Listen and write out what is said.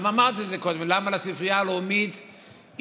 אמרת את זה קודם, למה לספרייה הלאומית הגיעו,